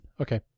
Okay